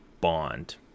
Bond